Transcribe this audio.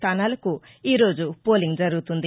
స్థానాలకు ఈరోజు పోలింగ్ జరుగుతుంది